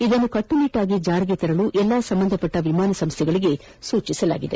ಇದನ್ನು ಕಟ್ಟುನಿಟ್ಲಾಗಿ ಜಾರಿಗೆ ತರಲು ಎಲ್ಲಾ ಸಂಬಂಧಿತ ವಿಮಾನ ಸಂಸ್ಥೆಗಳಿಗೆ ಸೂಚನೆ ನೀಡಿದೆ